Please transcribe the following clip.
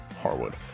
Harwood